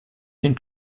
den